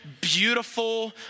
beautiful